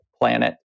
planet